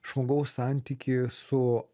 žmogaus santykį su